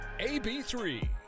AB3